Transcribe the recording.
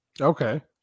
Okay